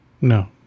No